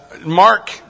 Mark